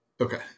Okay